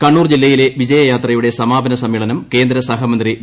കണ്ണൂർ ജില്ലയിലെ വിജയയാത്രയുടെ സമാപന സമ്മേളനം കേന്ദ്ര സഹമന്ത്രി വി